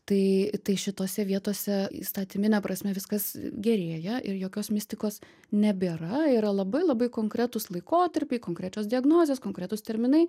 tai tai šitose vietose įstatymine prasme viskas gerėja ir jokios mistikos nebėra yra labai labai konkretūs laikotarpiai konkrečios diagnozės konkretūs terminai